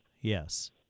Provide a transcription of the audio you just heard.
Yes